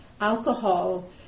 alcohol